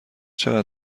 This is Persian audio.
چقدر